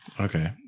Okay